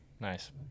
nice